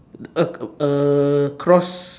a a cross